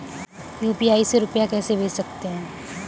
UPI से रुपया कैसे भेज सकते हैं?